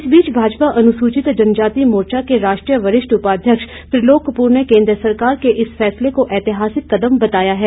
इस बीच भाजपा अनुसूचित जनजाति मोर्चा के राष्ट्रीय वरिष्ठ उपाध्यक्ष त्रिलोक कपूर ने केन्द्र सरकार के इस फैसले को ऐतिहासिक कदम बताया है